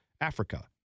Africa